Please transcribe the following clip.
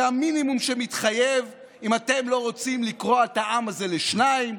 זה המינימום שמתחייב אם אתם לא רוצים לקרוע את העם הזה לשניים,